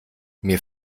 mir